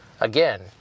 Again